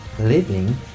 Living